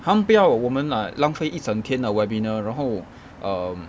他们不要我们 like 浪费一整天的 webinar 然后 um